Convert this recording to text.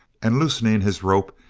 and loosening his rope,